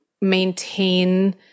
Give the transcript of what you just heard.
maintain